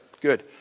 Good